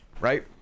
Right